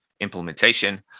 implementation